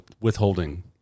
withholding